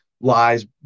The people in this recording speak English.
lies